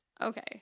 okay